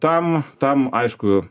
tam tam aišku